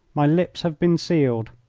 my lips have been sealed,